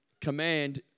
command